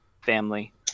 family